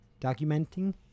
documenting